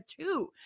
two